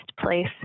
place